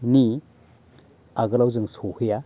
नि आगोलाव जों सहैया